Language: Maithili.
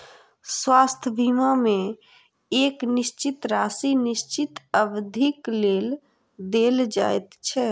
स्वास्थ्य बीमा मे एक निश्चित राशि निश्चित अवधिक लेल देल जाइत छै